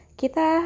kita